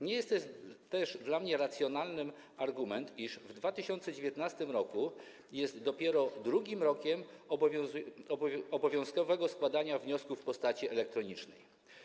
Nie jest też dla mnie racjonalnym argumentem to, iż 2019 r. jest dopiero drugim rokiem obowiązkowego składania wniosków w postaci elektronicznej.